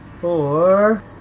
Four